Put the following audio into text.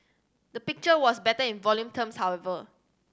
the picture was better in volume terms however